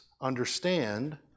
understand